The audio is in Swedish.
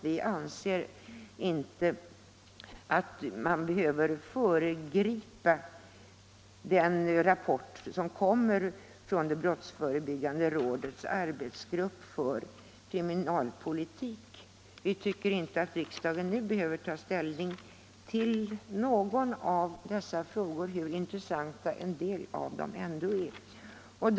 Vi anser att man inte bör föregripa den rapport som brottsförebyggande rådets arbetsgrupp för kriminalpolitik kommer att avge. Enligt vår mening behöver inte riksdagen nu ta ställning till någon av dessa frågor hur intressanta en del av dem än är.